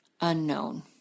unknown